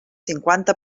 cinquanta